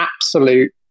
absolute